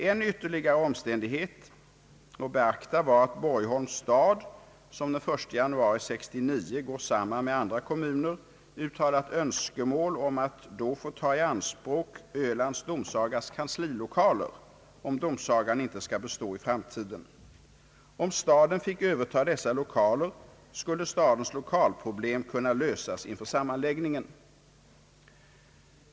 En ytterligare omständighet att beakta var att Borgholms stad, som den 1 januari 1969 går samman med andra kommuner, uttalat önskemål om att få ta i anspråk Ölands domsagas kanslilokaler, om domsagan ej skulle bestå i framtiden. Om staden fick övertaga dessa lokaler skulle stadens lokalproblem kunna lösas inför sammanläggningen.